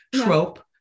trope